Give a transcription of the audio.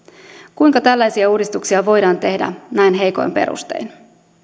kuinka tällaisia uudistuksia voidaan tehdä näin heikoin perustein